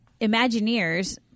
Imagineers